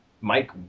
Mike